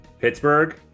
Pittsburgh